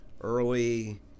early